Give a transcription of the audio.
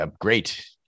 great